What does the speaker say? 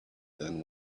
than